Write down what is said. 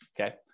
okay